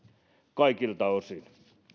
kaikilta osin